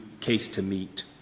case-to-meet